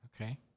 Okay